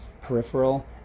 peripheral